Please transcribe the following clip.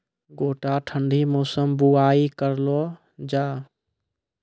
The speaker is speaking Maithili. गोटा ठंडी मौसम बुवाई करऽ लो जा?